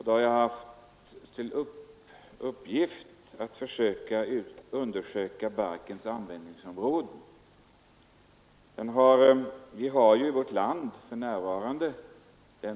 Då hade jag till uppgift att försöka undersöka barkens användningsområden. Vi har i vårt land för närvarande ca 20 miljoner m?